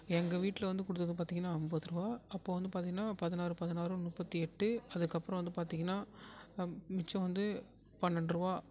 எங்கள் வீட்டில வந்து கொடுத்தது பார்த்திங்கன்னா ஐம்பது ரூபா அப்போது வந்து பார்த்திங்கன்னா பதினாறு பதினாறும் முப்பத்தி எட்டு அதுக்கப்புறம் வந்து பார்த்தீங்கன்னா மிச்சம் வந்து பன்னெண்ட்ரூபா